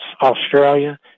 Australia